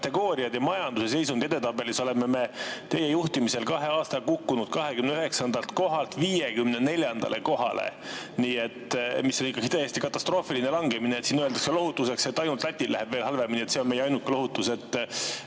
alamkategooriad: majanduse seisundi edetabelis oleme teie juhtimisel kukkunud kahe aastaga 29. kohalt 54. kohale, mis on täiesti katastroofiline langemine. Siin öeldakse lohutuseks, et ainult Lätil läheb veel halvemini – see on meie ainuke lohutus.